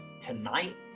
tonight